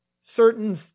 certain